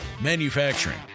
Manufacturing